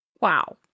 Wow